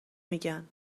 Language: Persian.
میگن